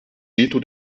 veto